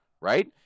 right